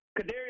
Kadarius